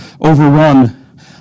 overrun